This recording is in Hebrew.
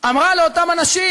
אמרה לאותם אנשים: